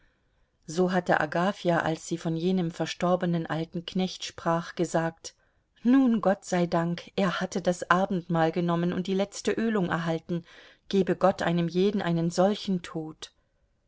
so hatte agafja als sie von jenem verstorbenen alten knecht sprach gesagt nun gott sei dank er hatte das abendmahl genommen und die letzte ölung erhalten gebe gott einem jeden einen solchen tod